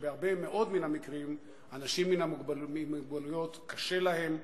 שבהרבה מאוד מן המקרים אנשים עם מוגבלויות קשה להם,